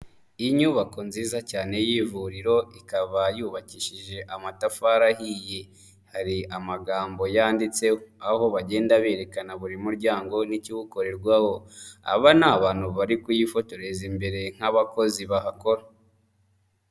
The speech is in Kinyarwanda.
Inyubako nziza cyane y'ivuriro ikaba yubakishije amatafari ahiye hari amagambo yanditse aho bagenda berekana buri muryango n'ikiwukorerwaho, aba ni abantu bari kuyifotoreza imbere nk'abakozi bahakora.